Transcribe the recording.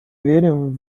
верим